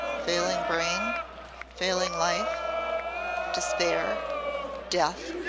failing brain failing life despair death!